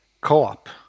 co-op